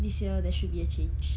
this year there should be a change